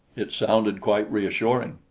it sounded quite reassuring!